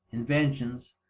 inventions,